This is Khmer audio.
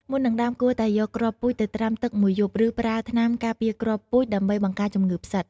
មុននឹងដាំ គួរតែយកគ្រាប់ពូជទៅត្រាំទឹកមួយយប់ ឬប្រើថ្នាំការពារគ្រាប់ពូជដើម្បីបង្ការជំងឺផ្សិត។